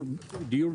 דיור